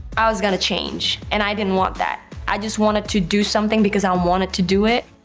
i was going to change, and i didn't want that. i just wanted to do something because i wanted to do it.